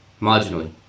Marginally